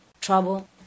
trouble